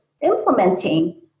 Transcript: implementing